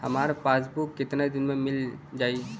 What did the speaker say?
हमार पासबुक कितना दिन में मील जाई?